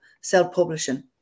self-publishing